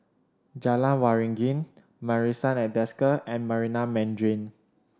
Jalan Waringin Marrison at Desker and Marina Mandarin